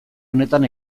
honetan